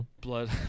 Blood